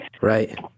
Right